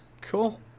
cool